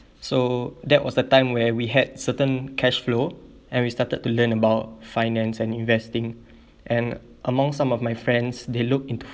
so that was the time where we had certain cash flow and we started to learn about finance and investing and among some of my friends they look into